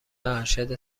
ارشد